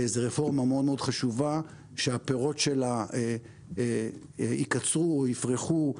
זו רפורמה מאוד מאוד חשובה שהפירות שלה ייקצרו או יפרחו,